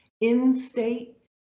In-state